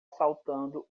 saltando